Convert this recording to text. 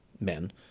men